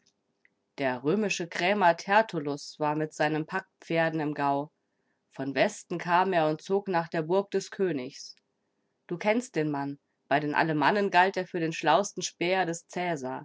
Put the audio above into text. der römische krämer tertullus war mit seinen packpferden im gau von westen kam er und zog nach der burg des königs du kennst den mann bei den alemannen galt er für den schlauesten späher des